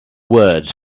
words